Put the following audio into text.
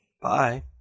Bye